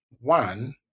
one